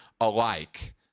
alike